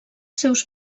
seus